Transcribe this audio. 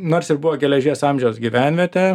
nors ir buvo geležies amžiaus gyvenvietė